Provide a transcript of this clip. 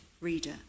reader